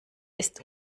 ist